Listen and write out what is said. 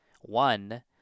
One